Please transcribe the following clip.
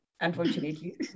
unfortunately